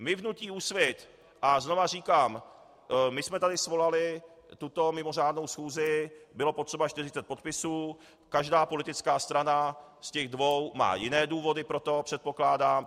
My v hnutí Úsvit, a znova říkám, my jsme tady svolali tuto mimořádnou schůzi, bylo potřeba 40 podpisů, každá politická strana z těch dvou má pro to jiné důvody, předpokládám.